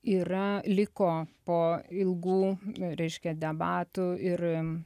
yra liko po ilgų reiškia debatų ir